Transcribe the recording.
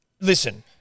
listen